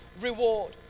reward